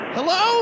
Hello